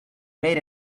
made